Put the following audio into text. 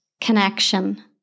connection